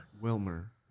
Wilmer